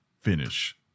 Finish